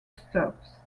stops